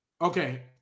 Okay